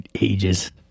ages